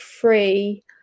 free